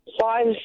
Five